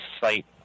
site